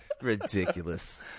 Ridiculous